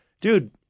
Dude